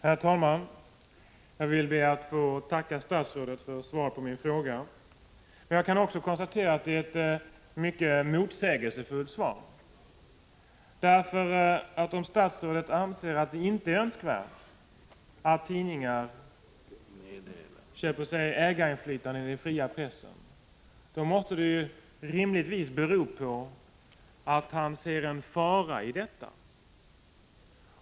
Herr talman! Jag ber att få tacka statsrådet för svaret på min fråga. Samtidigt konstaterar jag att svaret är mycket motsägelsefullt. Om statsrådet anser att det inte är önskvärt att tidningar köper sig ägarinflytande i den fria pressen, måste det väl bero på att han ser en fara i detta.